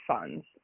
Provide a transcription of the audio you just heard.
funds